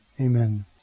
Amen